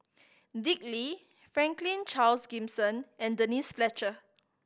Dick Lee Franklin Charles Gimson and Denise Fletcher